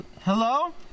Hello